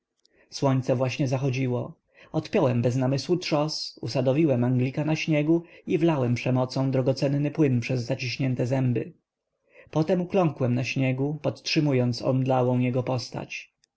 słońce właśnie zachodziło odpiąłem bez namysłu trzos usadowiłem anglika na śniegu i wlałem przemocą drogocenny płyn przez zaciśnięte zęby potem ukląkłem na śniegu podtrzymując omdlałą jego postać